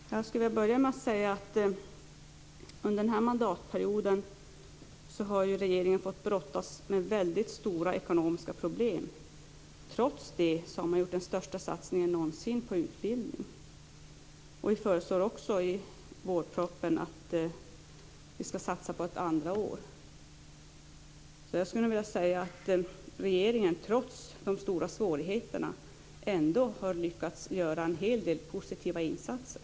Fru talman! Jag skulle vilja börja med att säga att regeringen under denna mandatperiod har fått brottas med väldigt stora ekonomiska problem. Trots det har den gjort den största satsningen någonsin på utbildning. Regeringen föreslår också i vårpropositionen att det skall satsas på ett andra år. Regeringen har trots de stora svårigheterna ändå lyckats göra en hel del positiva insatser.